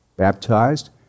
Baptized